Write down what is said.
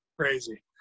Crazy